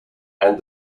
and